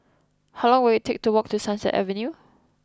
how long will it take to walk to Sunset Avenue